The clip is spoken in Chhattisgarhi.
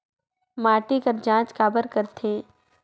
माटी कर जांच काबर करथे?